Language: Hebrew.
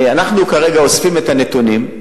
אנחנו כרגע אוספים את הנתונים.